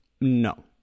No